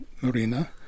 Marina